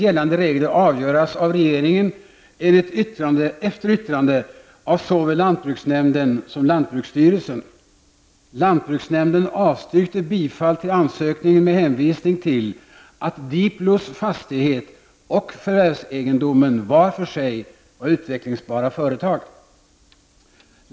ter yttrande av såväl lantbruksnämnden som lantbruksstyrelsen. Lantbruksnämnden avstyrkte bifall till ansökningen med hänvisning till att Diplos fastighet och förvärvsegendomen var för sig var utvecklingsbara företag.